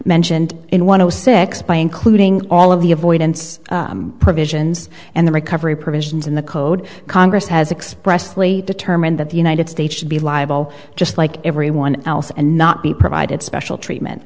mentioned in one of the six by including all of the avoidance provisions and the recovery provisions in the code congress has expressly determined that the united states should be liable just like everyone else and not be provided special treatment